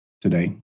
today